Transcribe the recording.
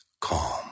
calm